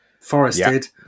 forested